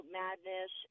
madness